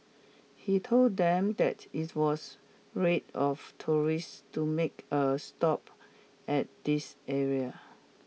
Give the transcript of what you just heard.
he told them that it was raid of tourists to make a stop at this area